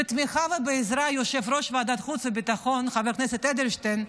ובתמיכה ועזרה של יושב-ראש ועדת החוץ והביטחון חבר הכנסת אדלשטיין,